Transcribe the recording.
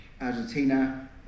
Argentina